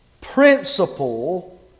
principle